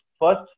first